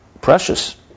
precious